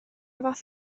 fath